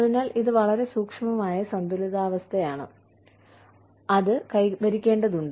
അതിനാൽ ഇത് വളരെ സൂക്ഷ്മമായ സന്തുലിതാവസ്ഥയാണ് അത് കൈവരിക്കേണ്ടതുണ്ട്